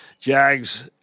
Jags